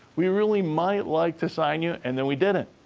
we really might like to sign you, and then we didn't.